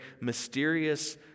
mysterious